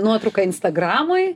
nuotrauką instagramui